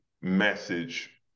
message